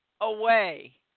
away